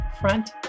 Front